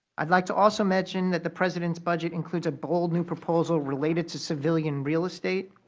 i would like to also mention that the president's budget includes a bold new proposal related to civilian real estate.